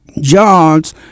jobs